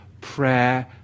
prayer